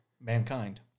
Mankind